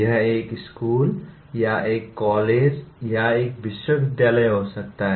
यह एक स्कूल या एक कॉलेज या एक विश्वविद्यालय हो सकता है